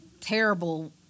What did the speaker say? terrible